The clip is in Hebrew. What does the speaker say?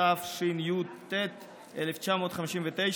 התשי"ט 1959,